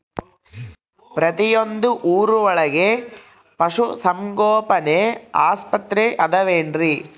ಪ್ರತಿಯೊಂದು ಊರೊಳಗೆ ಪಶುಸಂಗೋಪನೆ ಆಸ್ಪತ್ರೆ ಅದವೇನ್ರಿ?